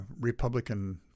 Republican